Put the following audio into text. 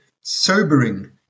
sobering